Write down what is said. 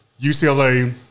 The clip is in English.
UCLA